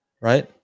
right